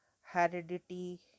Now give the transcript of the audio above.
heredity